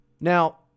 Now